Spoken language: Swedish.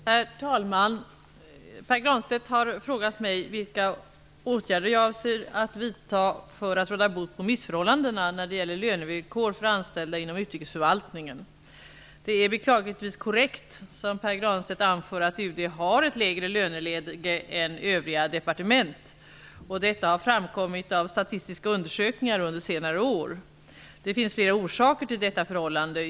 Herr talman! Pär Granstedt har frågat mig vilka åtgärder jag avser att vidta för att råda bot på missförhållandena när det gäller lönevillkor för anställda inom utrikesförvaltningen. Det är beklagligtvis korrekt som Pär Granstedt anför att UD har ett lägre löneläge än övriga departement. Detta har framkommit av statistiska undersökningar under senare år. Det finns flera orsaker till detta förhållande.